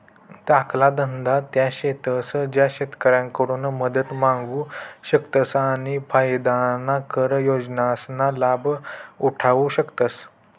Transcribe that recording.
धाकला धंदा त्या शेतस ज्या सरकारकडून मदत मांगू शकतस आणि फायदाना कर योजनासना लाभ उठावु शकतस